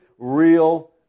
real